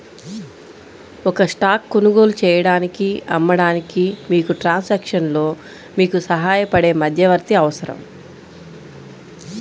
ఒక స్టాక్ కొనుగోలు చేయడానికి, అమ్మడానికి, మీకు ట్రాన్సాక్షన్లో మీకు సహాయపడే మధ్యవర్తి అవసరం